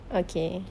okay